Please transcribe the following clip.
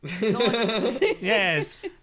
Yes